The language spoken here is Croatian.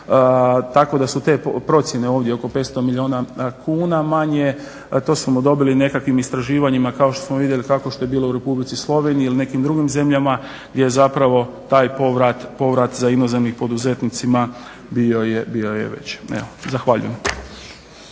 tako da su te procjene ovdje oko 500 milijuna kuna manje. To smo dobili nekakvim istraživanjima kao što smo vidjeli kao što smo vidjeli kako što je bilo u Republici Sloveniji ili nekim drugim zemljama gdje je zapravo taj povrat za inozemnim poduzetnicima bio je veći. Zahvaljujem.